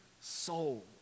soul